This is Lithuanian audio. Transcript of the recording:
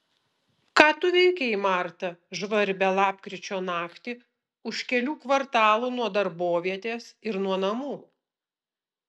ką tu veikei marta žvarbią lapkričio naktį už kelių kvartalų nuo darbovietės ir nuo namų